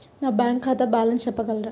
నా బ్యాంక్ ఖాతా బ్యాలెన్స్ చెప్పగలరా?